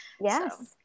Yes